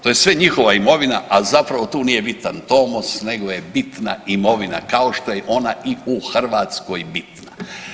To je sve njihova imovina, a zapravo tu nije bitan tomos nego je bitna imovina, kao što je ona i u Hrvatskoj bitna.